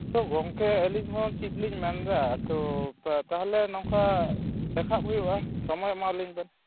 ᱛᱚ ᱜᱚᱝᱠᱮ ᱟᱹᱞᱤᱧ ᱦᱚᱸ ᱪᱤᱫ ᱞᱤᱧ ᱢᱮᱱᱫᱟ ᱟᱫᱚ ᱛᱟᱦᱚᱞᱮ ᱱᱚᱝᱠᱟ ᱫᱮᱠᱷᱟᱜ ᱦᱩᱭᱩᱜᱼᱟ ᱥᱚᱢᱳᱭ ᱮᱢᱟᱣᱟᱞᱤᱧ ᱵᱮᱱ